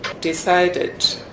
decided